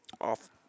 off